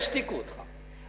ישתיקו אותך,